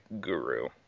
guru